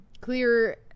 clear